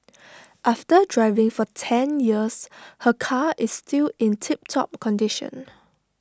after driving for ten years her car is still in tiptop condition